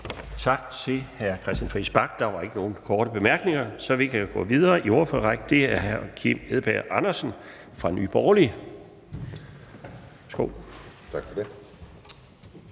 Tak til hr. Christian Friis Bach. Der er ikke nogen korte bemærkninger, så vi kan gå videre i ordførerrækken til hr. Kim Edberg Andersen fra Nye Borgerlige. Værsgo. Kl.